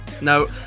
No